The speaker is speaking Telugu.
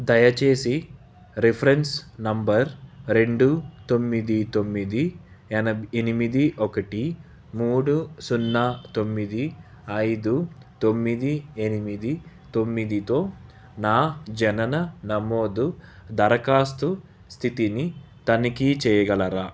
దయచేసి రిఫరెన్స్ నెంబర్ రెండు తొమ్మిది తొమ్మిది ఎనిమిది ఒకటి మూడు సున్నా తొమ్మిది ఐదు తొమ్మిది ఎనిమిది తొమ్మిదితో నా జనన నమోదు దరఖాస్తు స్థితిని తనిఖీ చేయగలరా